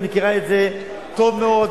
את מכירה את זה טוב מאוד,